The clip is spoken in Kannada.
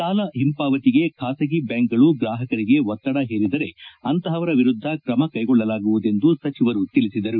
ಸಾಲ ಪಾವತಿಗೆ ಖಾಸಗಿ ಬ್ಲಾಂಕ್ಗಳು ಗ್ರಾಹಕರಿಗೆ ಒತ್ತಡ ಹೇರಿದರೆ ಅಂತವರ ವಿರುದ್ದ ತ್ರಮಕ್ಟೆಗೊಳ್ಳಲಾಗುವುದೆಂದು ಸಚಿವರು ತಿಳಿಸಿದ್ದಾರೆ